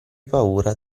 paura